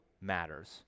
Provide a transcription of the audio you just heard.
matters